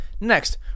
Next